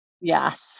Yes